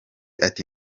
ati